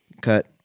cut